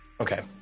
Okay